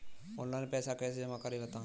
Online पैसा कैसे जमा करें बताएँ?